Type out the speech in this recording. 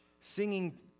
Singing